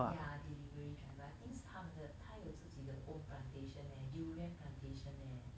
ya delivery driver I think 是他们的他有自己的 own plantation leh durian plantation leh